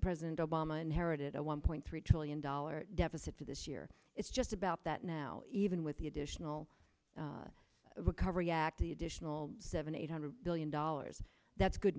president obama inherited a one point three trillion dollar deficit for this year it's just about that now even with the additional recovery act the additional seven eight hundred billion dollars that's good